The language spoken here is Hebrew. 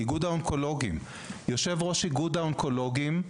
יושב ראש איגוד האונקולוגים,